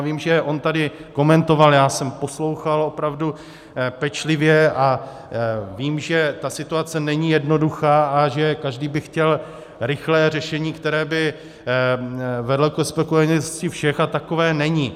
Vím, že on tady komentoval, já jsem poslouchal opravdu pečlivě a vím, že ta situace není jednoduchá a že každý by chtěl rychlé řešení, které by vedlo ke spokojenosti všech, ale takové není.